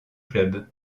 clubs